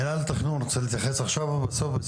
מנהל תכנון, בבקשה.